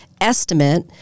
estimate